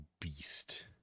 beast